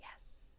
yes